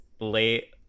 late